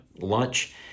Lunch